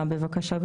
בבקשה,